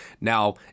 now